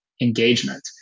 engagement